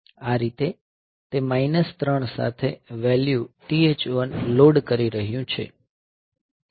આ રીતે તે માઈનસ 3 સાથે વેલ્યૂ TH 1 લોડ કરી રહ્યું છે